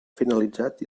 finalitzat